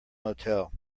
motel